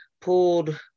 pulled